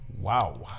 Wow